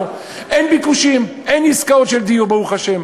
אין ביקושים, אין עסקאות של דיור, ברוך השם.